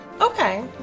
Okay